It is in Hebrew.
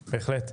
בהחלט.